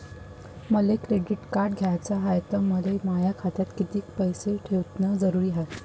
मले credit card घ्याचं हाय, त मले माया खात्यात कितीक पैसे ठेवणं जरुरीच हाय?